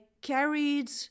carried